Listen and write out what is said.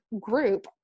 Group